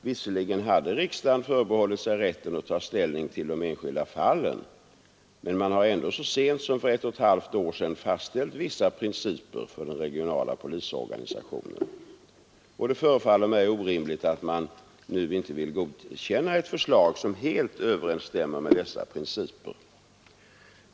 Visserligen hade riksdagen förbehållit sig rätten att ta ställning till de enskilda fallen, men man har ändå så sent som för ett och ett halvt år sedan fastställt vissa principer för den regionala polisorganisationen, och det förefaller mig orimligt att man nu inte vill godkänna ett förslag, som helt överensstämmer med dessa principer.